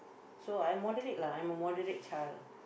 so I moderate lah I'm a moderate child